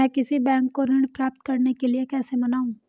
मैं किसी बैंक को ऋण प्राप्त करने के लिए कैसे मनाऊं?